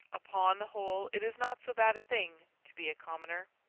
upon the whole it is not so bad a thing to be a commoner.